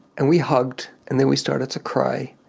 and we hugged and then we started to cry,